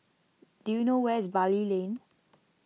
do you know where is Bali Lane